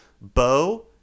Bo